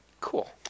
Cool